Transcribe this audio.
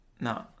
no